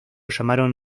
llamaron